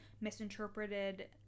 misinterpreted